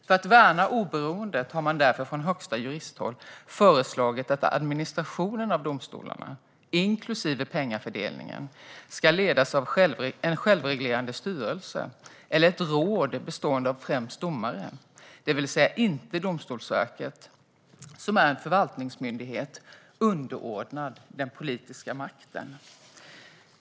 För att värna oberoendet har man därför från högsta juristhåll föreslagit att administrationen av domstolarna, inklusive pengafördelningen, ska ledas av en självreglerande styrelse eller ett råd bestående av främst domare, det vill säga inte Domstolsverket som är en förvaltningsmyndighet underordnad den politiska makten.